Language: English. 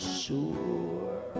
sure